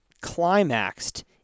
climaxed